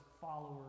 followers